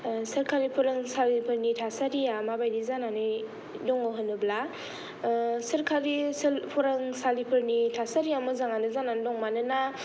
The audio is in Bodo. सरकारि फोंरोसालिफोरनि थासारिया माबादि जानानै दङ होनोब्ला सोरकारि सोलोंसालिफोरनि थासारिया मोजां जानानै दङ मानोना